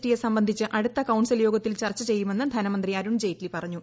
T യെ സംബന്ധിച്ച് അടുത്ത കൌൺസിൽ യോഗത്തിൽ ചർച്ച ചെയ്യുമെന്ന് ധനമന്ത്രി അരുൺ ജെയ്റ്റ്ലി പറഞ്ഞു